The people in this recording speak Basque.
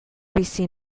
bizi